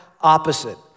opposite